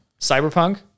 cyberpunk